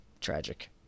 Tragic